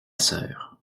sœur